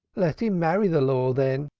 let him marry the law, then.